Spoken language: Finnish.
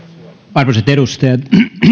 arvoisat edustajat